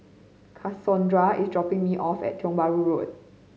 Cassondra is dropping me off at Tiong Bahru Road